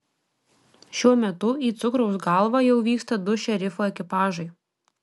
šiuo metu į cukraus galvą jau vyksta du šerifo ekipažai